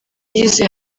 yize